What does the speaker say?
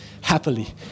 happily